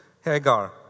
Hagar